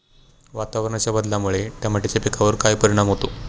वातावरणाच्या बदलामुळे टमाट्याच्या पिकावर काय परिणाम होतो?